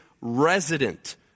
resident